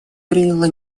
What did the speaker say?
приняло